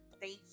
thank